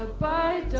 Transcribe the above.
ah five